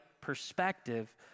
perspective